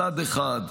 מצד אחד,